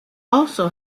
also